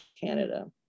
Canada